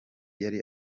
yari